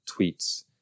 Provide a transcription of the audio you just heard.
tweets